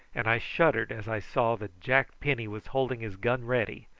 and i shuddered as i saw that jack penny was holding his gun ready,